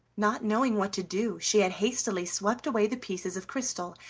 not knowing what to do she had hastily swept away the pieces of crystal,